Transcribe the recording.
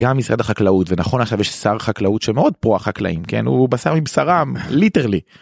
גם משרד החקלאות, ונכון, עכשיו יש שר חקלאות שמאוד פרו החקלאים, כן, הוא בשר מבשרם ליטרלי.